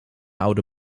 oude